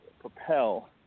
propel